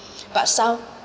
but some